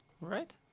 Right